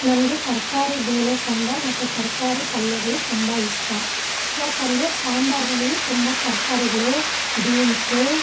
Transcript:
ನನಗೆ ತರಕಾರಿ ಬೇಳೆ ಸಾಂಬಾರ್ ಮತ್ತೆ ತರಕಾರಿ ಪಲ್ಯಗಳು ತುಂಬ ಇಷ್ಟ ಯಾಕೆಂದ್ರೆ ಸಾಂಬಾರ್ನಲ್ಲಿ ತುಂಬ ತರಕಾರಿಗಳು ಬೀನ್ಸು